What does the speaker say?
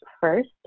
first